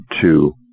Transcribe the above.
two